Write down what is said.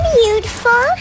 beautiful